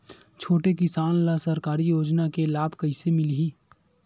छोटे किसान ला सरकारी योजना के लाभ कइसे मिलही?